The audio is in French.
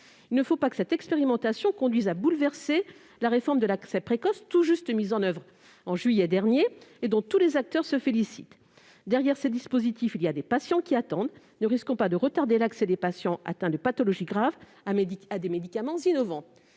Il ne faut pas que cette expérimentation conduise à bouleverser la réforme de l'accès précoce, mise en oeuvre depuis juillet dernier seulement, et dont tous les acteurs se félicitent. Derrière ces dispositifs, il y a des patients qui attendent : ne risquons pas de retarder l'accès des patients atteints de pathologies graves à des médicaments innovants.